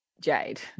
Jade